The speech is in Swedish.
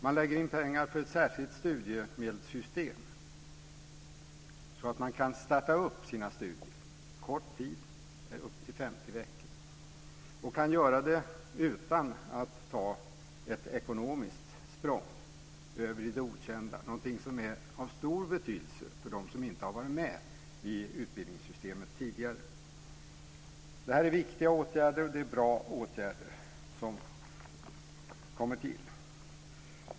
Man lägger in pengar för ett särskilt studiemedelssystem, så att man kan starta sina studier under en kort tid, upp till 50 veckor, utan att ta ett ekonomiskt språng över i det okända, någonting som är av stor betydelse för dem som inte har varit med i utbildningssystemet tidigare. Det här är viktiga och bra åtgärder som kommer till.